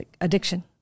Addiction